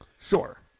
Sure